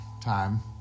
time